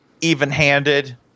even-handed